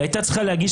היא הייתה צריכה להגיש